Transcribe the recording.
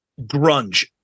grunge